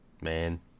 Man